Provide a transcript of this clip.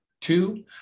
Two